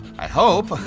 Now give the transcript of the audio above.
i hope.